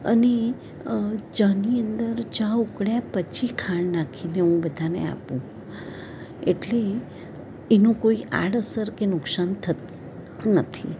અને ચાની અંદર ચા ઉકળ્યા પછી ખાંડ નાખીને હું બધાને આપું એટલે એનું કોઈ આડઅસર કે નુકસાન થતું નથી